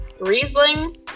Riesling